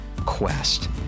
Quest